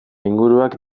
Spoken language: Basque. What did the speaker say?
inguruak